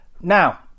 now